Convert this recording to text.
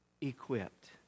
equipped